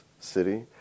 city